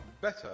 Better